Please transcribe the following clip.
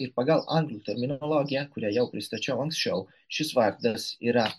ir pagal anglų terminologiją kurią jau pristačiau anksčiau šis vardas yra